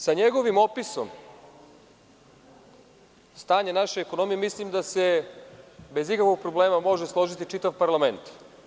Sa njegovim opisom stanja naše ekonomije, mislim da se bez ikakvih problema, može se složiti čitav parlament.